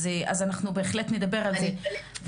אז אנחנו בהחלט נדבר על זה.